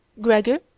Gregor